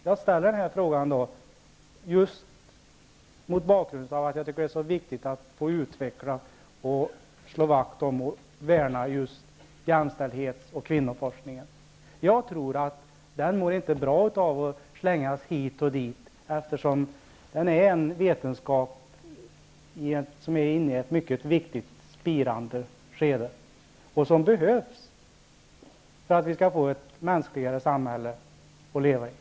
Jag ställer den här frågan just mot bakgrund av att jag tycker att det är så viktigt att utveckla, slå vakt om och värna om jämställdhets och kvinnoforskningen. Jag tror inte att den mår bra av att slängas hit och dit, eftersom den vetenskapen är inne i ett mycket viktigt och spirande skede, och den behövs för att vi skall få ett mänskligare samhälle att leva i.